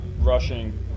rushing